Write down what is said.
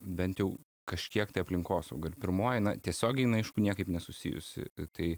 bent jau kažkiek tai aplinkosauga pirmoji tiesiogiai jinai aišku niekaip nesusijusi tai